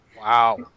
Wow